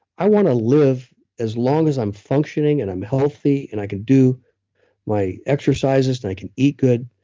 i want to live as long as i'm functioning, and i'm healthy, and i can do my exercises, and i can eat good.